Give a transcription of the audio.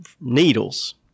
needles